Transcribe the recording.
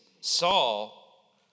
Saul